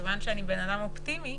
כיוון שאני אדם אופטימי